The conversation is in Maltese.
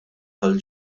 tal